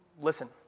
listen